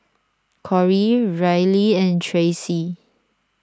Corry Reilly and Tracie